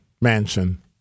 mansion